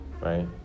Right